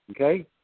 okay